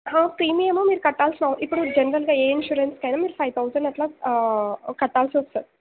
premium మీరు కట్టాల్సిన అవస ఇప్పుడు జనరల్గా ఏ ఇన్సూరెన్స్కు అయిన ఒక ఫైవ్ థౌసండ్ అట్లా కట్టాల్సి వస్తుంది